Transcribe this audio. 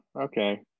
okay